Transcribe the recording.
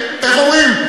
איך אומרים?